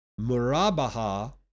Murabaha